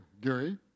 Gary